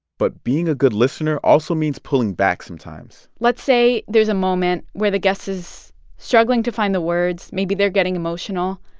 but being a good listener also means pulling back sometimes let's say there's a moment where the guest is struggling to find the words. maybe they're getting emotional.